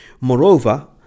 Moreover